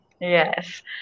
Yes